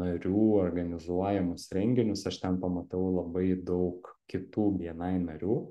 narių organizuojamus renginius aš ten pamatau labai daug kitų bni narių